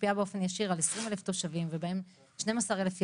שמשפיעה באופן ישיר על 20 אלף תושבים ובהם 12 אלף ילדים.